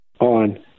on